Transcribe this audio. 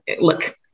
look